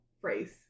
phrase